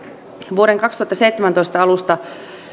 vuoden kaksituhattaseitsemäntoista alusta